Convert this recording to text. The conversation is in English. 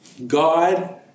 God